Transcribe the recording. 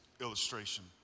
illustration